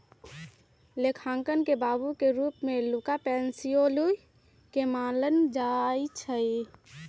लेखांकन के बाबू के रूप में लुका पैसिओली के मानल जाइ छइ